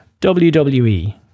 WWE